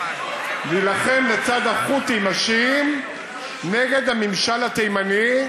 להילחם לצד החות'ים השיעים נגד הממשל התימני,